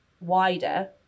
wider